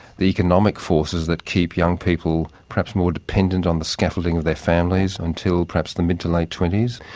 the economic forces that keep young people perhaps more dependent on the scaffolding of their families until perhaps the mid to late twenty s.